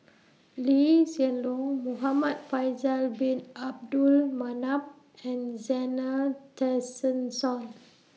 Lee Hsien Loong Muhamad Faisal Bin Abdul Manap and Zena Tessensohn